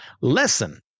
lesson